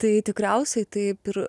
tai tikriausiai taip ir